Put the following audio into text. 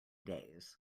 days